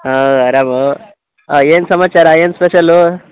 ಹಾಂ ಆರಾಮು ಏನು ಸಮಾಚಾರ ಏನು ಸ್ಪೆಷಲು